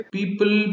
People